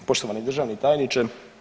Poštovani državni tajniče.